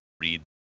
read